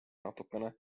natukene